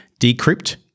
decrypt